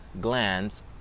glands